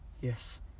Yes